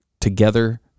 together